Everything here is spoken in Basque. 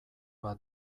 bat